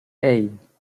hey